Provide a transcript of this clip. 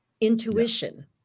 intuition